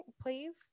please